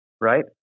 right